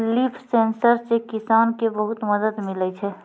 लिफ sensor से किसान के बहुत मदद मिलै छै